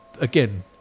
again